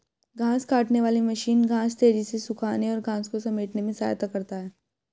घांस काटने वाली मशीन घांस तेज़ी से सूखाने और घांस को समेटने में सहायता करता है